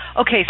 Okay